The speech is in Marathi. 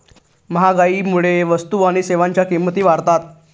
महागाईमुळे वस्तू आणि सेवांच्या किमती वाढतात